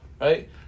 Right